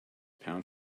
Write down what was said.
pound